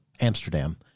Amsterdam